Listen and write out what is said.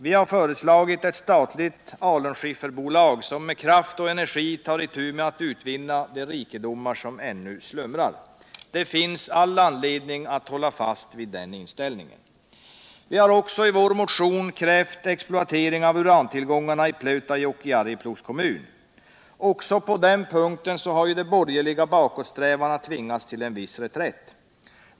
Vi har föreslagit ett statligt alunskifferbolag, som med kraft och energi kan ta itu med att utvinna de rikedomar som ännu slumrar. Det finns all anledning att hålla fast vid denna inställning. Vi har också i vår motion krävt exploatering av urantillgångarna i Pleutajokk i Arjeplogs kommun. Öckså på den punkten har de borgerliga bakåtsträvarna tvingats till en viss reträtt.